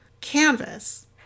canvas